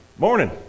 morning